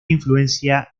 influencia